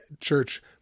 church